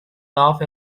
laugh